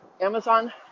amazon